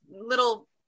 little